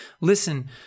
Listen